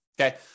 Okay